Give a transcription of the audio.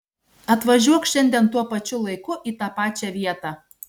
atvažiuok šiandien tuo pačiu laiku į tą pačią vietą